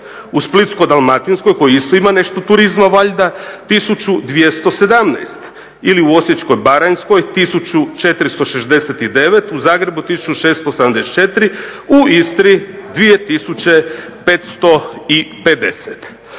U Splitsko-dalmatinskoj koji isto ima nešto turizma valjda 1217 ili u Osječko-baranjskoj 1469. U Zagrebu 1674, u Istri 2550.